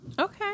Okay